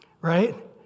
right